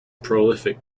prolific